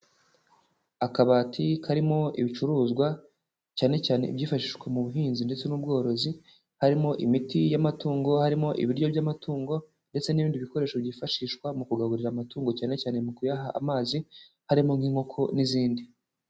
Akabati karimo ibicuruzwa cyane cyane ibyifashishwa mu buhinzi ndetse n'ubworozi, harimo imiti y'amatungo, harimo ibiryo by'amatungo ndetse n'ibindi bikoresho byifashishwa mu kugaburira amatungo cyane cyane mu kuyaha amazi harimo nk'inkoko n'izindi.